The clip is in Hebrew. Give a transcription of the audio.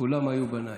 כולם היו בניי.